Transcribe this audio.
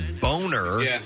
Boner